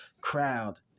crowd